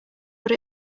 what